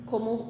como